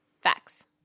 Facts